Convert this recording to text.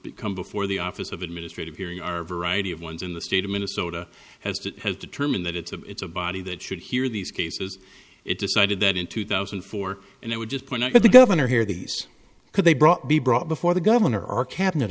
become come before the office of administrative hearing are a variety of ones in the state of minnesota has to has determined that it's a it's a body that should hear these cases it decided that in two thousand and four and i would just point out to the governor here these could they brought be brought before the governor or cabinet